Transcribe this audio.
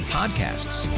podcasts